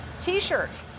T-Shirt